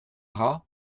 rat